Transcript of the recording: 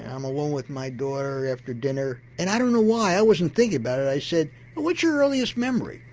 i'm alone with my daughter after dinner and i don't know why, i wasn't thinking about it, i said what's your earliest memory?